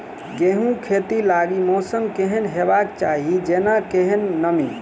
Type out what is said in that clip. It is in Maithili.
गेंहूँ खेती लागि मौसम केहन हेबाक चाहि जेना केहन नमी?